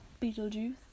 Beetlejuice